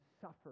suffer